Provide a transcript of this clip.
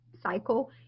cycle